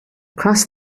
crossed